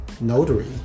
notary